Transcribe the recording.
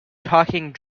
talking